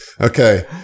Okay